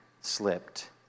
slipped